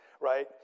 right